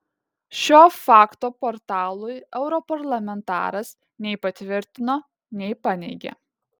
šio fakto portalui europarlamentaras nei patvirtino nei paneigė